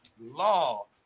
law